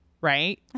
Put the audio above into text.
right